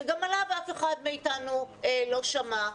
שגם עליו אף אחד מאיתנו לא שמע.